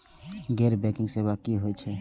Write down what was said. गैर बैंकिंग सेवा की होय छेय?